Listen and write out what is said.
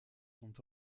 sont